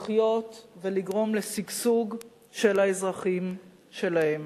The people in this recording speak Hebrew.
לחיות ולגרום לשגשוג של האזרחים שלה.